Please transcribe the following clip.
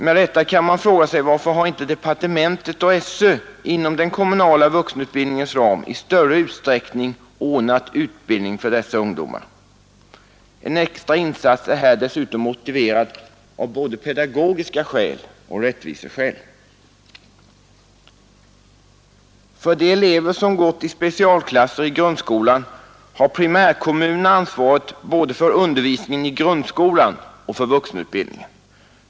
Med rätta kan man fråga sig: Varför har departementet och SÖ inte inom den kommunala vuxenutbildningens ram i större omfattning ordnat utbildning för dessa ungdomar? En extra insats här är dessutom motiverad av både pedagogiska skäl och rättviseskäl. När det gäller de elever som gått i specialklasser i grundskolan har primärkommunerna ansvaret både för undervisningen i grundskolan och för vuxenutbildningen.